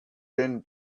din